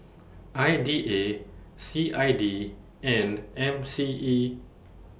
I D A C I D and M C E